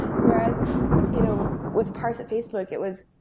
whereas you know with parse at facebook, it was,